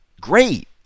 Great